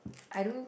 I don't